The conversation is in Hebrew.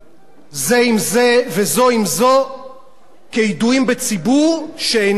זה עם זה וזו עם זו כידועים בציבור שאינם נשואים.